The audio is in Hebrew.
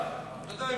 אתה יודע,